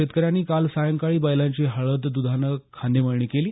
शेतकऱ्यांनी काल सायंकाळी बैलांची हळद दुधानं खांदेमळणी केली